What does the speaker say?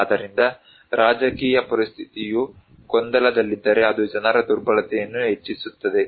ಆದ್ದರಿಂದ ರಾಜಕೀಯ ಪರಿಸ್ಥಿತಿಯು ಗೊಂದಲದಲ್ಲಿದ್ದರೆ ಅದು ಜನರ ದುರ್ಬಲತೆಯನ್ನು ಹೆಚ್ಚಿಸುತ್ತದೆ